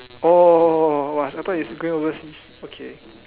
oh oh oh I thought you going overseas okay